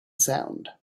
sound